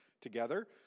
together